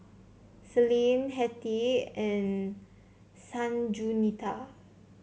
Celine Hettie and Sanjuanita